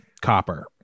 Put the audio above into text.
Copper